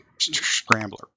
Scrambler